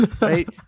right